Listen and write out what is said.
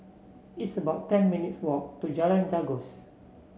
it's about ten minutes' walk to Jalan Janggus